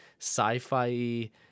sci-fi